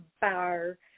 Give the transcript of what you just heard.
bar